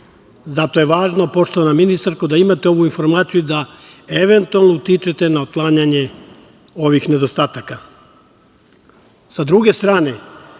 Zato je važno, poštovana ministarko, da imate ovu informaciju i da eventualno utičete na otklanjanje ovih nedostataka. Sa